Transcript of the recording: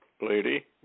lady